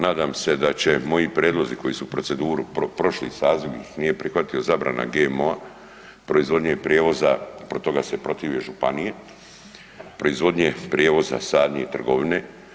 Nadam se da će moji prijedlozi koji su proceduru prošli saziv ih nije prihvatio, zabrana GMO-a proizvodnje i prijevoza, protiv toga se protive županije, proizvodnje, prijevoza, sadnje i trgovine.